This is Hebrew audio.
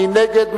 מי נגד?